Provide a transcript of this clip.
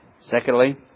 Secondly